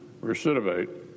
recidivate